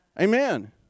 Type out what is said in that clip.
Amen